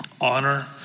honor